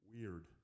weird